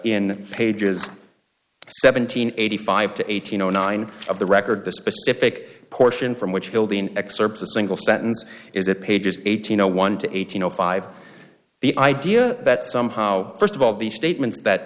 in pages seventeen eighty five to eighty nine of the record the specific portion from which building excerpts a single sentence is that pages eighteen no one to eighteen zero five the idea that somehow first of all the statements that